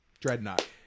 Dreadnought